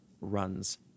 runs